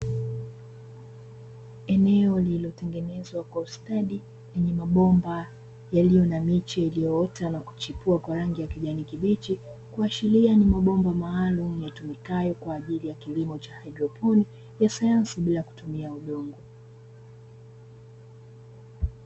Eneo lililotengenezwa kwa ustadi lenye mabomba yaliyo na miche iliyoota na kuchipua kwa rangi ya kijani kibichi, kuashiria ni mabomba maalumu yatumikayo kwa ajili ya kilimo cha haidroponi ya sayansi bila kutumia udongo.